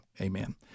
Amen